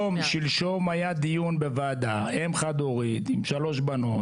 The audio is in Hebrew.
שלשום היה דיון בוועדה, אם חד הורית עם שלוש בנות,